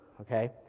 Okay